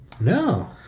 No